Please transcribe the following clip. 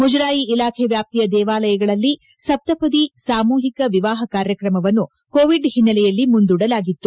ಮುಜರಾಯಿ ಇಲಾಖೆ ವ್ಯಾಪ್ತಿಯ ದೇವಾಲಯಗಳಲ್ಲಿ ಸಪ್ತಪದಿ ಸಾಮೂಹಿಕ ವಿವಾಹ ಕಾರ್ಯಕ್ರಮವನ್ನು ಕೋವಿಡ್ ಒನ್ನೆಲೆಯಲ್ಲಿ ಮುಂದೂಡಲಾಗಿತ್ತು